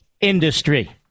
industry